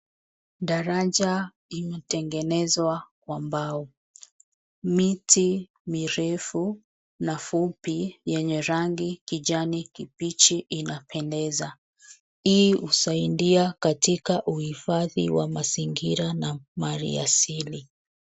Daraja imetegenezwa kwa mbao. Miti mirefu na fupi yenye rangi kijani kibichi inapendeza. Hii husaidia katika uhifadhi wa mazingira na mali asili.